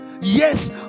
Yes